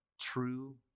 true